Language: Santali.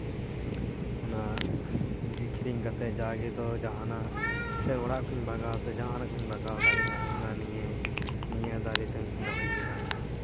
ᱚᱱᱟ ᱟᱹᱠᱷᱨᱤᱧ ᱠᱟᱛᱮ ᱡᱟᱜᱮ ᱫᱚ ᱡᱟᱦᱟᱱᱟᱜ ᱥᱮ ᱚᱲᱟᱜ ᱠᱩᱧ ᱵᱟᱜᱟᱣ ᱥᱮ ᱡᱟᱦᱟᱱᱟᱜ ᱠᱩᱧ ᱵᱟᱜᱟᱣ ᱫᱟᱲᱮᱭᱟᱜᱼᱟ ᱚᱱᱟ ᱱᱤᱭᱮ ᱱᱤᱭᱟᱹ ᱫᱟᱨᱮ ᱫᱚᱧ ᱨᱚᱦᱚᱭ ᱠᱮᱫᱟ